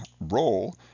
role